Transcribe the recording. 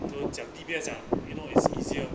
you know 讲 D_B_S 讲 you know it's easier